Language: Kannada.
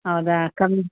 ಹೌದಾ ಕಮ್ಮಿ